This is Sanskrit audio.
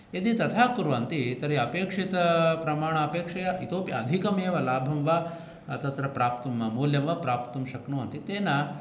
यदि तथा कुर्वन्ति तर्हि अपेक्षितप्रमाण अपेक्षया इतोऽपि अधिकमेव लाभं वा तत्र प्राप्तुं मूल्यं वा प्राप्तुं शक्नुवन्ति तेन